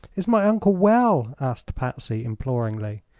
is my uncle well? asked patsy, imploringly.